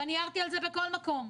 ואני הערתי על זה בכל מקום.